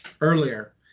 earlier